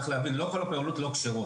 צריך להבין, לא כל הפעולות לא כשרות